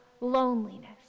loneliness